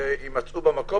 שיימצאו במקום.